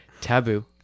Taboo